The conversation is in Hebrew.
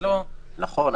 נכון,